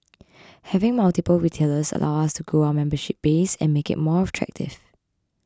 having multiple retailers allows us to grow our membership base and make it more attractive